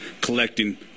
collecting